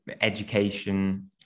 education